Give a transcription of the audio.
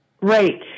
Right